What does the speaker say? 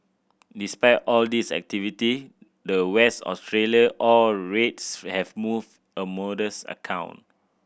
despite all this activity the West Australia ore rates have moved a modest account